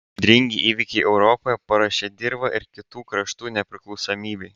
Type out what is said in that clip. audringi įvykiai europoje paruošė dirvą ir kitų kraštų nepriklausomybei